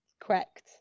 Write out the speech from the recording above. correct